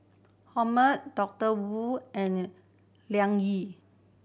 Hormel Doctor Wu and Liang Yi